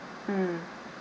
mm